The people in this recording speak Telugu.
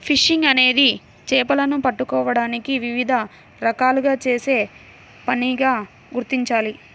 ఫిషింగ్ అనేది చేపలను పట్టుకోవడానికి వివిధ రకాలుగా చేసే పనిగా గుర్తించాలి